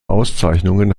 auszeichnungen